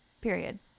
Period